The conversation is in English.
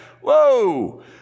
whoa